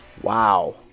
wow